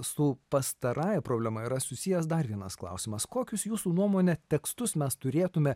su pastarąja problema yra susijęs dar vienas klausimas kokius jūsų nuomone tekstus mes turėtume